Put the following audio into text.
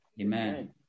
Amen